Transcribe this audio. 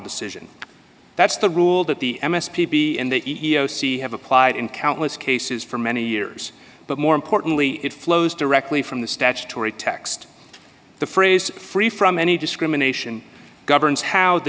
decision that's the rule that the m s p be and the e e o c have applied in countless cases for many years but more importantly it flows directly from the statutory text the phrase free from any discrimination governs how the